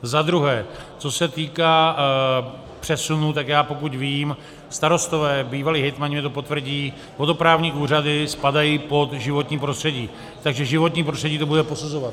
Za druhé, co se týká přesunu, tak pokud vím, starostové, bývalí hejtmani mi to potvrdí, vodoprávní úřady spadají pod životní prostředí, takže životní prostředí to bude posuzovat.